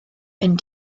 and